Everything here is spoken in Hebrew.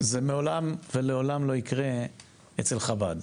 זה מעולם, ולעולם לא יקרה אצל חב"ד,